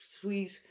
sweet